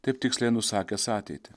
taip tiksliai nusakęs ateitį